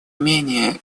менее